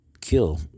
kill